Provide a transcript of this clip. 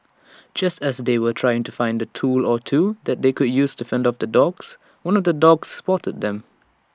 just as they were trying to find A tool or two that they could use to fend off the dogs one of the dogs spotted them